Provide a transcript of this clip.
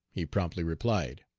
he promptly replied.